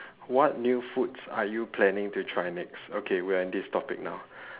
what new foods are you planning to try next okay we're in this topic now